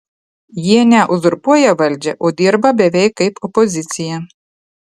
jie ne uzurpuoja valdžią o dirba beveik kaip opozicija